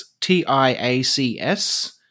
T-I-A-C-S